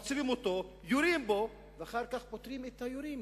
עוצרים אותו, יורים בו ואחר כך פוטרים את היורים.